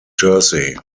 jersey